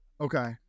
Okay